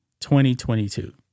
2022